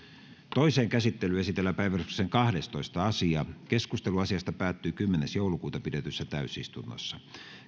toiseen käsittelyyn esitellään päiväjärjestyksen kahdestoista asia keskustelu asiasta päättyi kymmenes kahdettatoista kaksituhattayhdeksäntoista pidetyssä täysistunnossa